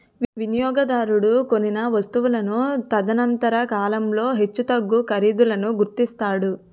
వినియోగదారుడు కొనిన వస్తువును తదనంతర కాలంలో హెచ్చుతగ్గు ఖరీదులను గుర్తిస్తాడు